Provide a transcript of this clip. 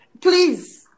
Please